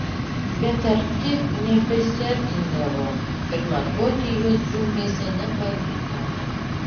bet arti neprisiartindavo ir matuoti juos džiunglėse nepavyko